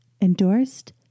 endorsed